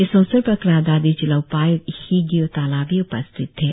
इस अवसर पर क्रा दादी जिला उपाय्क्त हिगियों ताला भी उपस्थित थे